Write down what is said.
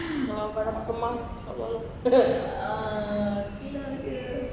kalau ada barang nak kemas inshallah lah